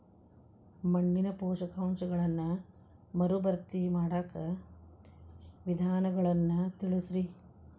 ಮಣ್ಣಿನ ಪೋಷಕಾಂಶಗಳನ್ನ ಮರುಭರ್ತಿ ಮಾಡಾಕ ವಿಧಾನಗಳನ್ನ ತಿಳಸ್ರಿ